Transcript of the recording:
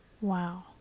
wow